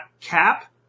cap